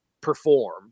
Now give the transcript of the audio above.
perform